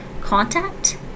contact